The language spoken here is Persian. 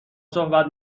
صحبت